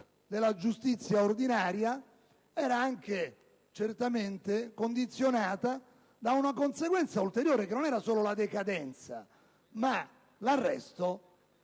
della giustizia ordinaria era certamente condizionata da una conseguenza ulteriore, che non era solo la decadenza ma l'arresto